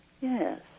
yes